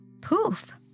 Poof